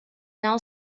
now